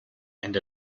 and